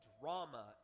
drama